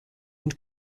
und